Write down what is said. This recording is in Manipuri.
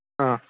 ꯑꯥ